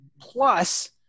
plus